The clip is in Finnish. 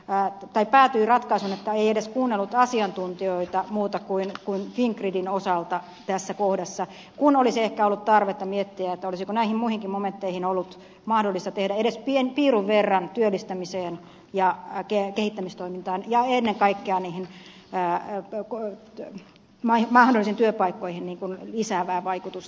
pää tai päätyi ratkaisuun että ei edes kuunnellut asiantuntijoita muuten kuin fingridin osalta tässä kohdassa kun olisi ehkä ollut tarvetta miettiä olisiko näihin muihinkin momentteihin ollut mahdollista tehdä edes piirun verran työllistämiseen ja kehittämistoimintaan ja ennen kaikkea mahdollisiin työpaikkoihin lisäävää vaikutusta